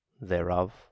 thereof